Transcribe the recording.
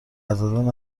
نزدن